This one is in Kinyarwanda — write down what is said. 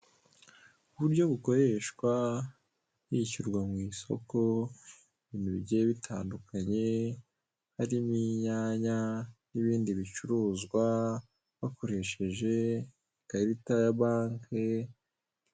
Uburyo bukoreshwa hishyurwa mu isoko ibintu bigiye bitandukanye, harimo inyanya n'ibindi bicuruzwa bakoresheje ikarita ya banki.